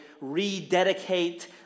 rededicate